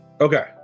Okay